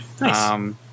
Nice